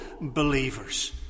believers